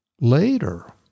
later